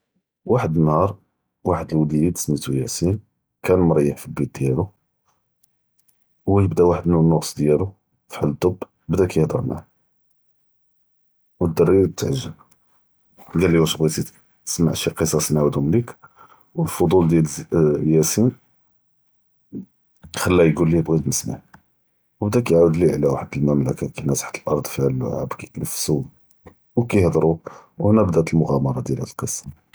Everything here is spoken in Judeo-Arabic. וחד אלנהאר، וחד אלוליד סמיתו יאסין، כאן מريح פי אלבית דיאלו، ו הוא יבדא וחד נונורס דיאלו פחאל אלדב, בדא כיהדר מעאה, ו דרא תעג’ב, קאל ליה ואש בגיתי תסמע שי קצץ ננעאודהום ליק, ו אלفضול דיאל איי, דיאל יאסין ח’לאה יקול ליה בגית נסמע, ו בדא כיעאוד ליה עלא וחד אלממלכה כאינא תחת אלארצ’ פי כיתנפסו, ו כיהדרו, ו האנא אלמע’א...